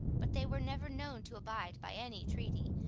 but they were never known to abide by any treaty,